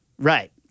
Right